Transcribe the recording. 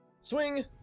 Swing